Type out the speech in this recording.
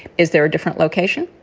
is there a different location?